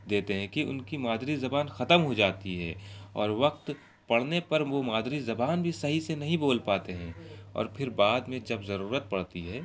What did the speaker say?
دیتے ہیں کہ ان کی مادری زبان ختم ہو جاتی ہے اور وقت پڑنے پر وہ مادری زبان بھی صحیح سے نہیں بول پاتے ہیں اور پھر بعد میں جب ضرورت پڑتی ہے